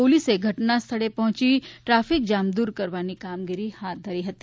પોલીસે ઘટના સ્થળે પહોંચી ટ્રાફિક જામ દૂર કરવાની કામગીરી હાથ ધરી હતી